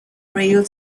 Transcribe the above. rail